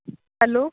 hello